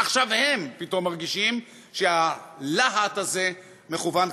עכשיו הם פתאום מרגישים שהלהט הזה מכוון כלפיהם.